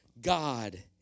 God